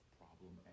problem